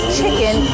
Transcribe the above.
chicken